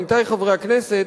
עמיתי חברי הכנסת,